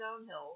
downhill